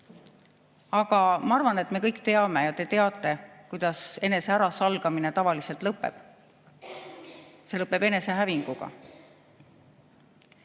Aga ma arvan, et me kõik teame ja teie teate, kuidas enese ärasalgamine tavaliselt lõpeb. See lõpeb enesehävinguga.Me